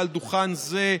מעל דוכן זה,